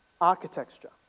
architecture